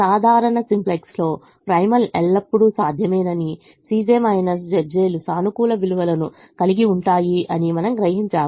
సాధారణ సింప్లెక్స్లో ప్రైమల్ ఎల్లప్పుడూ సాధ్యమేనని Cj Zj's సానుకూల విలువలను కలిగి ఉంటుంది అని మనము గ్రహించాము